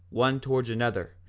one towards another,